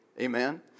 Amen